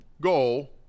goal